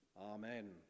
Amen